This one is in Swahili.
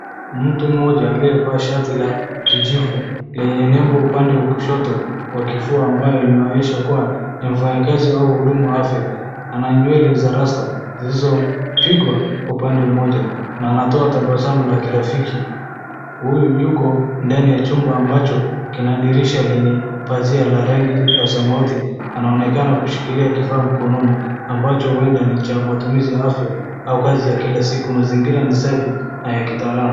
Mtu mmoja aliyevaa shati la kijivu, lenye label upande wa kushoto, wa kifua ambayo linaonyesha kuwa ni mfanyakazi wa huduma ya afya. Ana nywele za rasta, zilizopigwa upande mmoja na anatoa tabasamu la kirafiki. Huyu yuko ndani ya chumba ambacho kina dirisha lenye pazia la rangi ya samawati. Anaonekana kushikilia kifaa mikononi ambacho huenda ni cha matumizi ya afya au kazi ya kila siku. Mazingira ni safi na ya kitaalam.